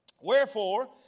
Wherefore